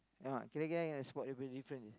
ah kirakan kena spot dia punya different